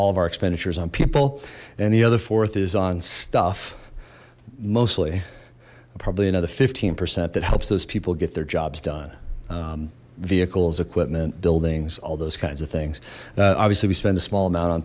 all of our expenditures on people and the other fourth is on stuff mostly probably another fifteen percent that helps those people get their jobs done vehicles equipment buildings all those kinds of things obviously we spend a small amount on